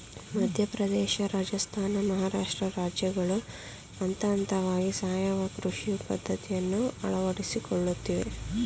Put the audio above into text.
ಮಧ್ಯಪ್ರದೇಶ, ರಾಜಸ್ಥಾನ, ಮಹಾರಾಷ್ಟ್ರ ರಾಜ್ಯಗಳು ಹಂತಹಂತವಾಗಿ ಸಾವಯವ ಕೃಷಿ ಪದ್ಧತಿಯನ್ನು ಅಳವಡಿಸಿಕೊಳ್ಳುತ್ತಿವೆ